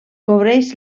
cobreix